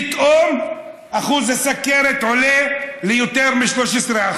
פתאום אחוז הסוכרת עולה ליותר מ-13%.